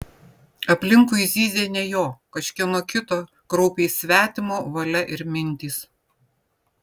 aplinkui zyzė ne jo kažkieno kito kraupiai svetimo valia ir mintys